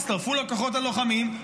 הצטרפו לכוחות הלוחמים,